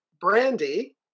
brandy